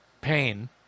pain